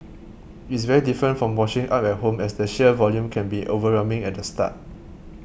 it's very different from washing up at home as the sheer volume can be overwhelming at the start